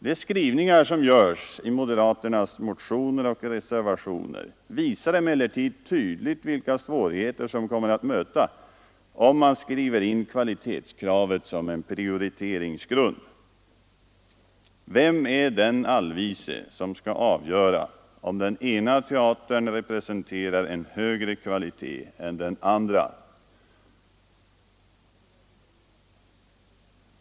De skrivningar som görs i moderaternas motioner och reservationer visar emellertid tydligt vilka svårigheter som kommer att möta om man skriver in kvalitetskravet som en prioriteringsgrund. Vem är den allvise som skall avgöra om den ena teatern representerar en högre kvalitet än den andra?